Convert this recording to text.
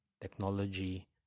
technology